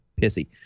pissy